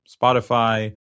Spotify